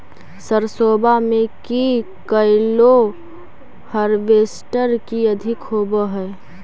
सरसोबा मे की कैलो हारबेसटर की अधिक होब है?